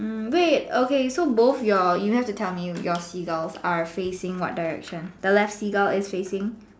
um wait okay so both your you have to tell me seagulls are facing what direction the left Seagull is facing